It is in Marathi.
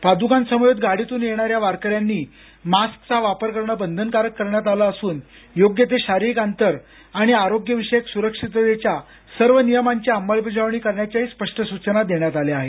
पादकांसमवेत गाडीतन येणाऱ्या वारकऱ्यांनी मास्कचा वापर करणे बंधनकारक करण्यात आलं असून योग्य ते शारीरिक अंतर आणि आरोग्यविषयक स्रक्षिततेच्या सर्व नियमांची अंमलबजावणी करण्याच्याही स्पष्ट सूचना देण्यात आल्या आहेत